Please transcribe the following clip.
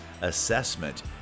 assessment